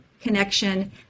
connection